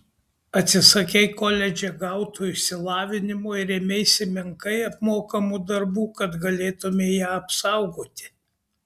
atsisakei koledže gauto išsilavinimo ir ėmeisi menkai apmokamų darbų kad galėtumei ją apsaugoti